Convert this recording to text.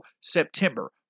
September